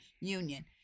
union